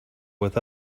with